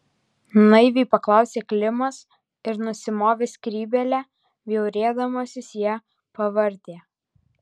naiviai paklausė klimas ir nusimovęs skrybėlę bjaurėdamasis ją pavartė